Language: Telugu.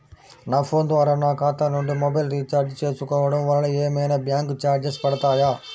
నా ఫోన్ ద్వారా నా ఖాతా నుండి మొబైల్ రీఛార్జ్ చేసుకోవటం వలన ఏమైనా బ్యాంకు చార్జెస్ పడతాయా?